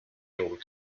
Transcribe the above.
old